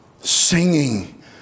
Singing